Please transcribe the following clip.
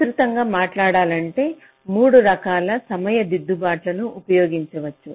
విస్తృతంగా మాట్లాడాలంటే 3 రకాల సమయ దిద్దుబాట్లను ఉపయోగించవచ్చు